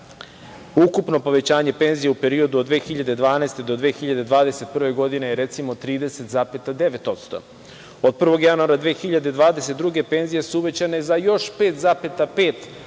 ukupno povećanje penzija u periodu od 2012. do 2021. godine je, recimo, 30,9%. Od 1. januara 2022. godine penzije su uvećane za još 5,5%.